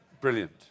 brilliant